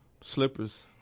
Slippers